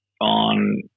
on